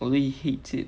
although he hates it